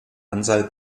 anzahl